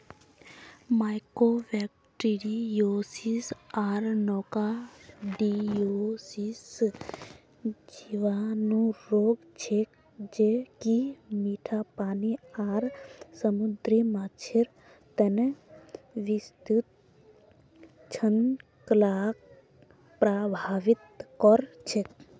mycobacteriosis आर nocardiosis जीवाणु रोग छेक ज कि मीठा पानी आर समुद्री माछेर तना विस्तृत श्रृंखलाक प्रभावित कर छेक